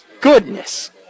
GOODNESS